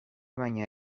baina